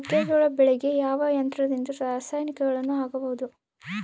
ಮೆಕ್ಕೆಜೋಳ ಬೆಳೆಗೆ ಯಾವ ಯಂತ್ರದಿಂದ ರಾಸಾಯನಿಕಗಳನ್ನು ಹಾಕಬಹುದು?